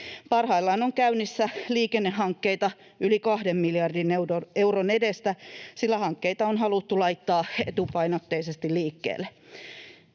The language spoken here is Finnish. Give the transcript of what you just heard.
Parhaillaan on käynnissä liikennehankkeita yli kahden miljardin euron edestä, sillä hankkeita on haluttu laittaa etupainotteisesti liikkeelle.